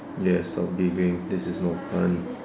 yes stop giggling this is not fun